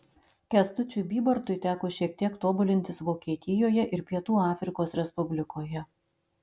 kęstučiui bybartui teko šiek tiek tobulintis vokietijoje ir pietų afrikos respublikoje